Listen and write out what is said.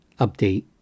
Update